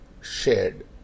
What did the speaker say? shared